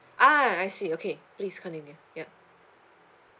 ah I see okay please continue yup